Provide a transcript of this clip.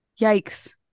Yikes